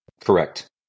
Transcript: Correct